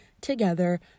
together